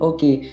Okay